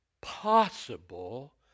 possible